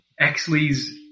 Exley's